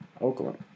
Oakland